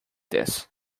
this